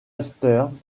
eastern